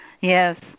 Yes